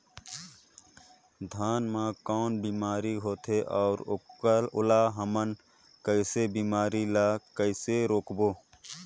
धान मा कौन बीमारी होथे अउ ओला हमन कइसे बीमारी ला कइसे रोकबो?